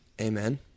Amen